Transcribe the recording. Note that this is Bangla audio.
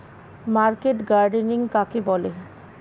মার্কেট গার্ডেনিং কাকে বলে?